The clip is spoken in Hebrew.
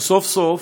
שסוף-סוף,